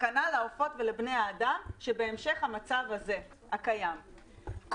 בהמשך המצב הזה הקיים,